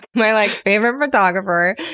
my like favorite photographer,